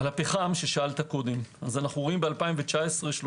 על הפחם ששאלת אנו רואים ב-2019 30%,